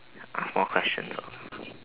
ask four questions lor